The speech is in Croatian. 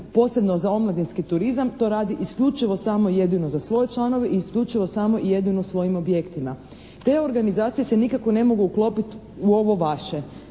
posebno za omladinski turizam to radi isključivo samo jedino za svoje članove i isključivo samo jedino u svojim objektima. Te organizacije se nikako ne mogu uklopiti u ovo vaše